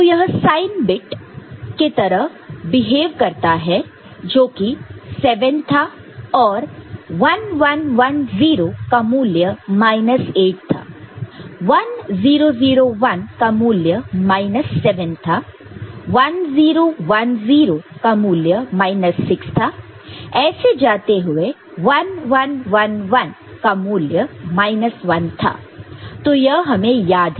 तो यह sign bit के तरह बिहेव करता है जोकी 7 था और 1 1 1 0 का मूल्य माइनस 8 था 1 0 0 1 का मूल्य माइनस 7 था 1 0 1 0 का मूल्य माइनस 6 था ऐसे जाते हुए 1 1 1 1 का मूल्य माइनस 1 था तो यह हमें याद है